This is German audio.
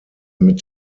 mit